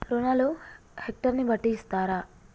రుణాలు హెక్టర్ ని బట్టి ఇస్తారా?